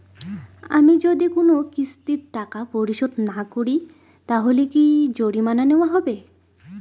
আমি যদি কোন কিস্তির টাকা পরিশোধ না করি তাহলে কি জরিমানা নেওয়া হবে?